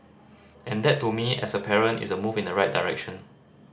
and that to me as a parent is a move in the right direction